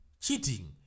Cheating